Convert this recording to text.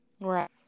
right